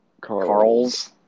Carl's